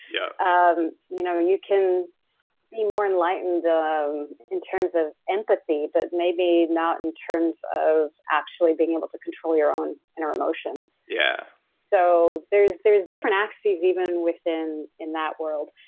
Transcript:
yeah and you know you can be more enlightened um in terms of empathy but maybe not in terms of actually being able to control your own and our emotions yeah so there's there's different axes even within in that world.